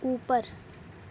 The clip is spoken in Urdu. اوپر